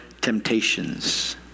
temptations